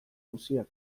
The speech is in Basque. auziak